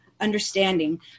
understanding